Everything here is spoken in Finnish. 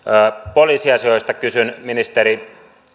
poliisiasioista kysyn ministeri